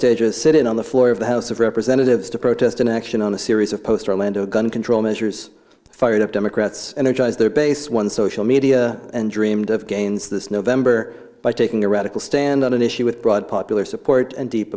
stage a sit in on the floor of the house of representatives to protest in action on a series of post romantic gun control measures fired up democrats energize their base one social media and dreamed of gains this november by taking a radical stand on an issue with broad popular support and deep